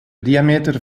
diameter